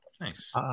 Nice